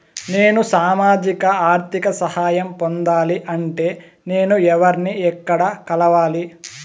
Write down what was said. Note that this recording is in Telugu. నేను సామాజిక ఆర్థిక సహాయం పొందాలి అంటే నేను ఎవర్ని ఎక్కడ కలవాలి?